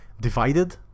divided